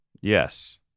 Yes